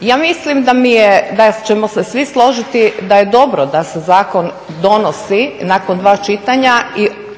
Ja mislim da mi je, da ćemo se svi složiti da je dobro da se zakon donosi nakon dva čitanja. I zaista